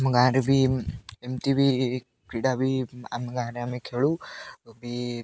ଆମ ଗାଁରେ ବି ଏମିତି ବି କ୍ରୀଡ଼ା ବି ଆମ ଗାଁରେ ଆମେ ଖେଳୁ ବି